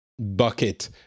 Bucket